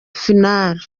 final